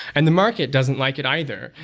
and the market doesn't like it either.